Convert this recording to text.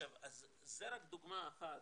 זו רק דוגמה אחת,